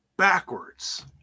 backwards